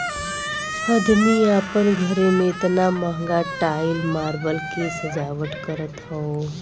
अदमी आपन घरे मे एतना महंगा टाइल मार्बल के सजावट करत हौ